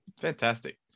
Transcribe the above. Fantastic